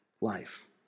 life